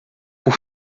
por